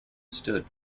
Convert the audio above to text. stood